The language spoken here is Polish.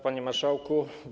Panie Marszałku!